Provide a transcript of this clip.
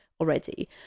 already